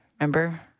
remember